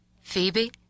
Phoebe